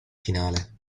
finale